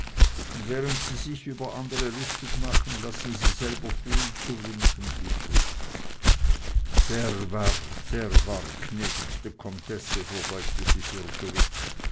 und während sie sich über andre lustig machen lassen sie selber viel zu wünschen übrig sehr warr sehr warr gnädigste comtesse verbeugte sich